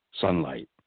sunlight